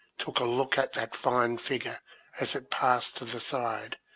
took a look at that fine figure as it passed to the side,